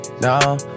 No